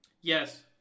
Yes